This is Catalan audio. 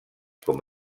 com